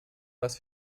was